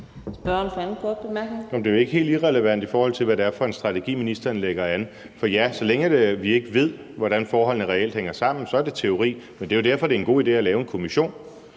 det er jo ikke helt irrelevant, i forhold til hvad det er for en strategi, ministeren lægger an til. For ja, så længe vi ikke ved, hvordan forholdene reelt hænger sammen, er det teori, men det er jo derfor, det er en god idé at lave en kommission.